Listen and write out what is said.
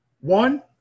One